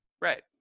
Right